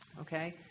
okay